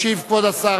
ישיב כבוד השר